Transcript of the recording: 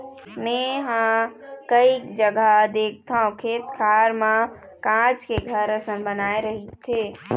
मेंहा कई जघा देखथव खेत खार मन म काँच के घर असन बनाय रहिथे